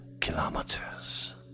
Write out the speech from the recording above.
kilometers